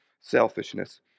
selfishness